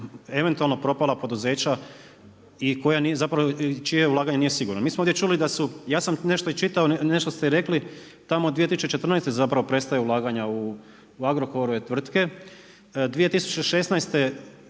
eventualno propala poduzeća i čija ulaganja nije sigurno. Mi smo ovdje čuli da su, ja sam i nešto čitao, nešto ste rekli, tamo 2014. zapravo prestaju ulaganja u Agrokorove tvrtke, 2016.